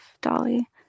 Dolly